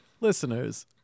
listeners